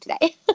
today